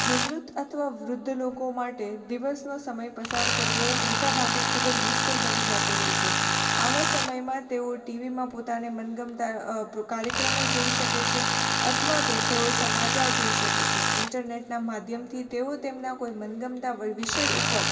નિવૃત્તઅથવા વૃદ્ધ લોકો માટે દિવસનો સમય પસાર કરવો ખૂ મોટાભાગે ખૂબ જ મુશ્કેલ બની જતો હોય છે આવા સમયમાં તેઓ ટી વીમાં પોતાને મનગમતા અ પ્રો કાર્યક્રમો જોઇ શકે છે અથવા તો તેઓ સમાચાર જોઇ શકે છે ઇન્ટરનેટનાં માધ્યમથી તેઓ તેમના કોઇ મનગતમા વય વિષય ઉપર